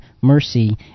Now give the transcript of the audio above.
mercy